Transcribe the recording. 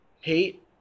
hate